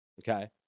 Okay